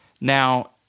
Now